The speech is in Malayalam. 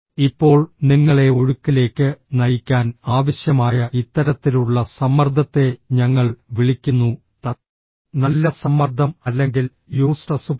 ഇപ്പോൾ നിങ്ങളെ ഒഴുക്കിലേക്ക് നയിക്കാൻ ആവശ്യമായ ഇത്തരത്തിലുള്ള സമ്മർദ്ദത്തെ ഞങ്ങൾ വിളിക്കുന്നു നല്ല സമ്മർദ്ദം അല്ലെങ്കിൽ യൂസ്ട്രസ് പോലെ